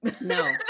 No